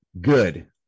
good